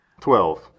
Twelve